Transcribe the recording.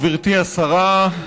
גברתי השרה,